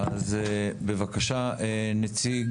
בבקשה, נציב